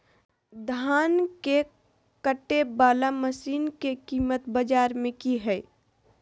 धान के कटे बाला मसीन के कीमत बाजार में की हाय?